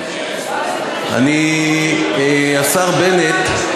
השר בנט,